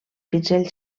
pinzell